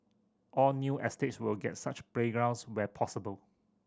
all new estates will get such playgrounds where possible